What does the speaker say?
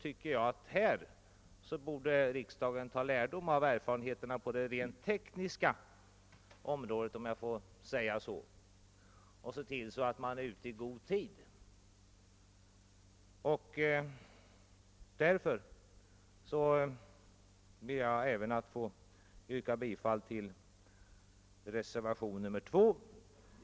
Riksdagen borde ta lärdom av erfarenheterna på det rent tekniska området, om jag så får säga, och se till att vara ute i god tid. Därför ber jag att få yrka bifall även till reservation 2.